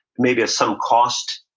maybe has some cost,